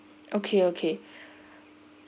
okay okay